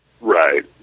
Right